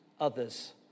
others